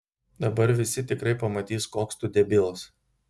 dabar visi tikrai pamatys koks tu debilas